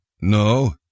No